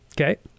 Okay